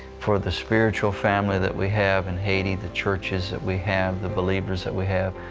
for the spiritual family that we have in haiti, the churches that we have, the believers that we have.